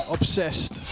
Obsessed